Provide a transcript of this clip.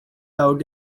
out